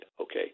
okay